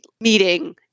meeting